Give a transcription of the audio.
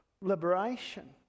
liberation